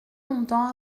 longtemps